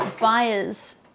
buyers